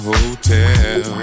Hotel